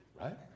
right